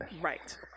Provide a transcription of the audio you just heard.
Right